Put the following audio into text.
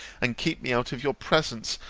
and keep me out of your presence,